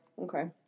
Okay